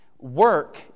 Work